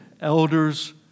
elders